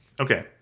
okay